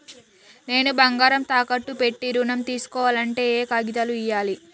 నేను బంగారం తాకట్టు పెట్టి ఋణం తీస్కోవాలంటే ఏయే కాగితాలు ఇయ్యాలి?